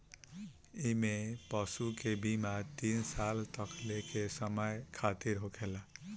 इमें पशु के बीमा तीन साल तकले के समय खातिरा होखेला